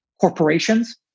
corporations